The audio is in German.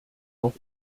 noch